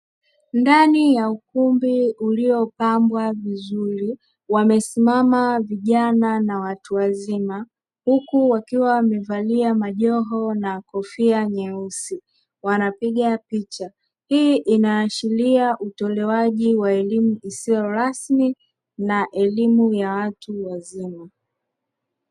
Ndani ya ukumbi uliopambwa vizuri wamesimama vijana na watu wazima, huku wakiwa wamevalia majoho na kofia nyeusi wanapiga picha. Hii inaashiria utolewaji wa elimu isiyo rasmi na elimu ya watu wazima.